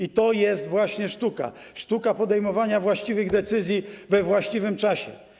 I to jest właśnie sztuka: sztuka podejmowania właściwych decyzji we właściwym czasie.